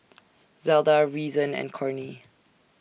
Zelda Reason and Cornie